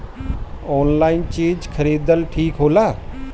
Online चीज खरीदल ठिक होला?